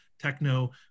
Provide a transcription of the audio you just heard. techno